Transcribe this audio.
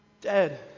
Dead